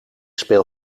speel